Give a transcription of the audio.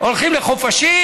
הולכים לחופשים.